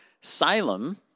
Salem